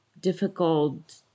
difficult